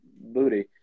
booty